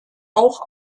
auch